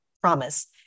promise